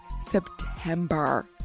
September